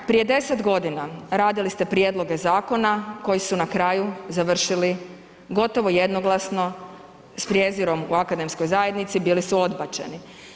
Prije 10 godina radili ste prijedloge zakona koji su na kraju završili gotovo jednoglasno, s prijezirom u akademskoj zajednici, bili su odbačeni.